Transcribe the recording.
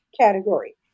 category